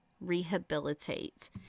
rehabilitate